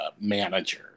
manager